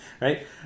right